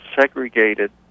segregated